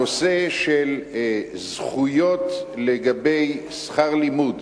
הנושא של זכויות לגבי שכר לימוד